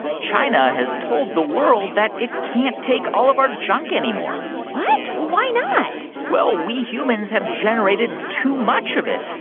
china has told the world that it can't take all of our junk anymore what? why not? well, we humans have generated too much of it,